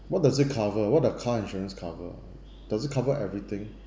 what does it cover what the car insurance cover does it cover everything